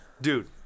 Dude